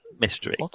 mystery